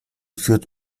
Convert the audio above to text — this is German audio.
führt